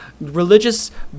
religious